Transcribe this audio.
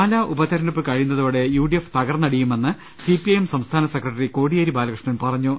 പാലാ ഉപതിരഞ്ഞെടുപ്പു കഴിയുന്നതോടെ U D F തകർന്നടി യുമെന്ന് സി പി ഐ എം സംസ്ഥാന സെക്രട്ടറി കൊടിയേരി ബാലകൃഷ്ണൻ പറഞ്ഞു